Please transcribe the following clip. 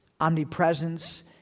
omnipresence